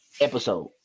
episode